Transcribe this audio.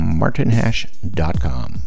martinhash.com